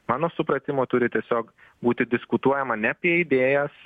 mano supratimu turi tiesiog būti diskutuojama ne apie idėjas